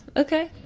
ok.